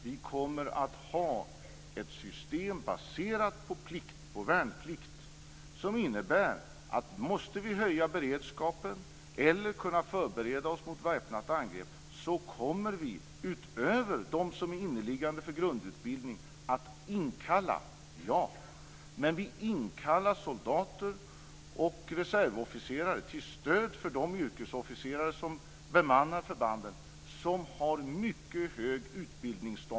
Vi kommer att ha ett system baserat på värnplikt, som innebär att vi kommer att inkalla människor utöver dem som är inneliggande för grundutbildning om vi måste höja beredskapen eller förbereda oss för väpnat angrepp. Men vi inkallar soldater och reservofficerare till stöd för de yrkesofficerare som bemannar förbanden, som har mycket hög utbildning.